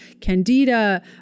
candida